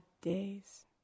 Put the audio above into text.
days